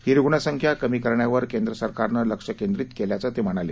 ही रुग्णसंख्या कमी करण्यावर केंद्र सरकारनं लक्ष केंद्रीत केल्याचं ते म्हणाले